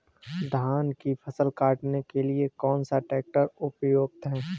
धान की फसल काटने के लिए कौन सा ट्रैक्टर उपयुक्त है?